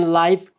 life